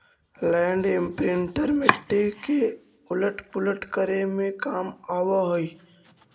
land imprinter मिट्टी के उलट पुलट करे में काम आवऽ हई